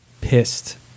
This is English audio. pissed